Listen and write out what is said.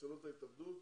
ניסיונות ההתאבדות,